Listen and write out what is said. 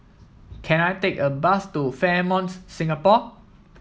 can I take a bus to Fairmonts Singapore